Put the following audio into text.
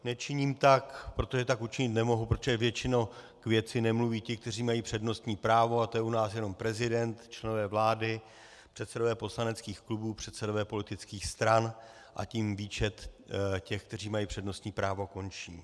Nečiním tak, protože tak učinit nemohu, protože většinou k věci nemluví ti, kteří mají přednostní právo, a to je u nás jenom prezident, členové vlády, předsedové poslaneckých klubů, předsedové politických stran, a tím výčet těch, kteří mají přednostní právo, končí.